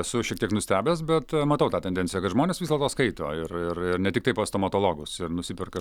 esu šiek tiek nustebęs bet matau tą tendenciją kad žmonės vis dėlto skaito ir ir ir ne tiktai pas stomatologus ir nusiperka